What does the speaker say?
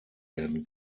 werden